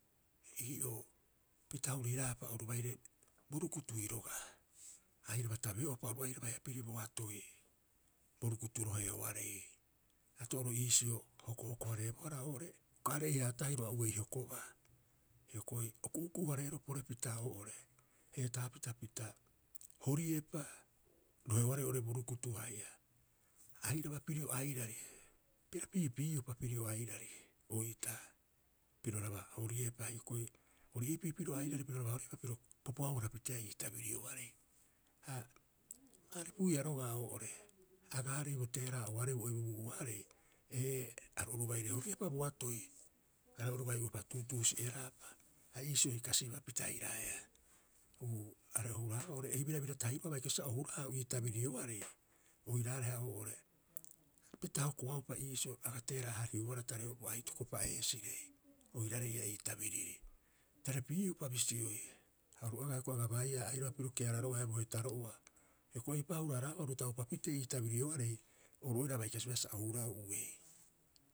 Ii'oo pita horiraapa oru baire bo rukutui roga'a airaba tabeo'opa oru aira baiha piri bo atoi, bo rukutu roheoarei. Ato'oro iisio hokohoko- hareebohara oo'ore uka are'eihaa tahiro a uei hokobaa. Hioko'i o ku'uku'u- hareeroo porepita oo'ore heetaapita pita horiepa roheoarei oo'ore bo rukutu haia airaba pirio airari. Piro piipiiupa piro airari oitaa piroraba horiepa hioko'i ori iipi piro airari piro raba pupuhauuhara piteea ii tabirioarei. Ha a ruiia roga'a oo'ore, agaarei bo teera'a'uaarei bo ebubuu'uaarei, ee aru oru baire horiepa bo atoi. Are oru bai'upa tuutuusi'eraapa, a iisioi kasibaa pitairaeaa. Uu are o huraau ei birabira tahiro'oo a bai kasiba sa o huraau ii tabirioarei, oiraareha oo'ore pita hokoaupa iisio aga teera'a- haariobohara tareo bo aitoko pa'eesirei oiraarei ii'aa ii tabiriri. Tare piiupa bisioi, ha oru agaa aru baiia airaba pirio keararo'oa haia bo hetaro'oa. Hioko'i eipa'o ia hura- haraaba oru taupa pitee ii tabirioarei, oru oira a bai kasibaa sa o huraau uei.